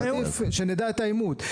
שנדע את האימות.